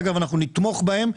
אגב, אנחנו נתמוך בהם.